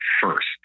first